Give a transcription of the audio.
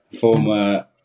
former